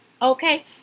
Okay